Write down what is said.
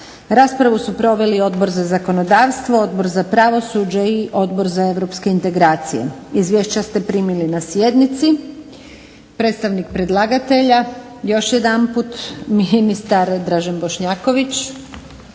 Raspravu su proveli Odbor za zakonodavstvo, Odbor za pravosuđe i Odbor za europske integracije. Izvješća ste primili na sjednici. Predstavnik predlagatelja još jedanput ministar Dražen Bošnjaković.